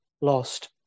lost